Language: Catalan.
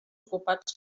ocupats